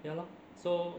ya lor so